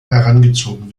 herangezogen